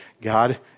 God